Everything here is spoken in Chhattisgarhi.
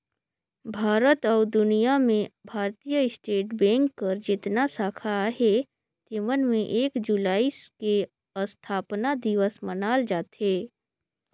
भारत अउ दुनियां में भारतीय स्टेट बेंक कर जेतना साखा अहे तेमन में एक जुलाई के असथापना दिवस मनाल जाथे